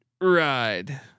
ride